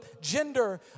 gender